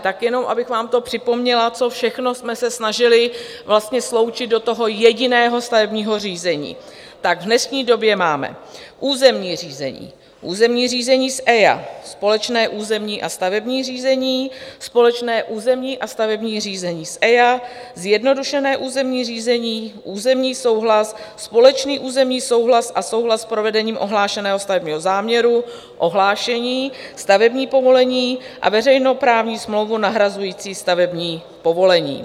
Tak jenom abych vám to připomněla, co všechno jsme se vlastně snažili sloučit do toho jediného stavebního řízení: v dnešní době máme územní řízení, územní řízení s EIA, společné územní a stavební řízení, společné územní a stavební řízení s EIA, zjednodušené územní řízení, územní souhlas, společný územní souhlas a souhlas s provedením ohlášeného stavebního záměru, ohlášení, stavební povolení a veřejnoprávní smlouvu nahrazující stavební povolení.